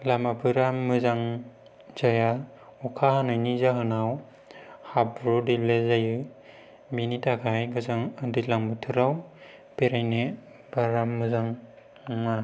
लामाफोरा मोजां जाया अखा हानायनि जाहोनाव हाब्रु दैब्ले जायो बेनि थाखाय जों दैज्लां बोथोराव बेरायनो बारा मोजां नङा